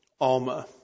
Alma